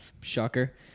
shocker